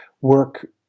work